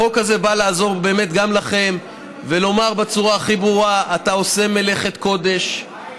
החוק הזה בא לעזור גם לכם ולומר בצורה הכי ברורה: אתה עושה מלאכת קודש,